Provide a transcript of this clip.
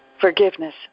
Forgiveness